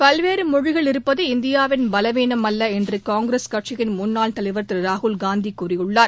பல்வேறுமொழிகள் இருப்பது இந்தியாவின் பலவீனம் அல்லஎன்றுகாங்கிரஸ் கட்சியின் முன்னாள் தலைவர் திருராகுல்காந்திகூறியுள்ளார்